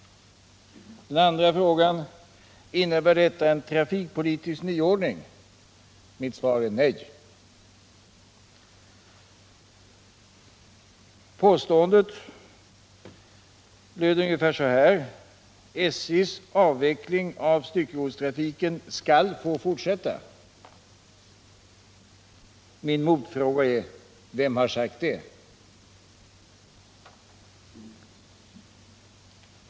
Den andra frågan lydde: Innebär detta en trafikpolitisk nyordning? Mitt svar är nej. Påståendet löd ungefär så här: SJ:s avveckling av styckegodstrafiken skall få fortsätta. Min motfråga är denna: Vem har sagt detta?